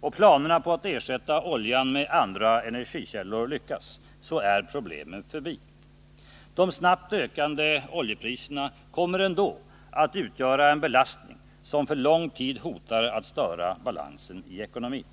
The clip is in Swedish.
och planerna på att ersätta oljan med andra energikällor lyckas, är problemen förbi. De snabbt ökande oljepriserna kommer ändå att utgöra en belastning som för lång tid hotar att störa balansen i ekonomin.